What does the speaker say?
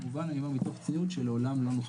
כמובן אני אומר מתוך צניעות שלעולם לא נוכל